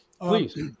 Please